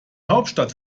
hauptstadt